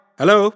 hello